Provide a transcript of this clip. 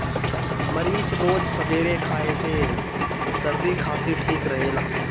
मरीच रोज सबेरे खाए से सरदी खासी ठीक रहेला